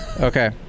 okay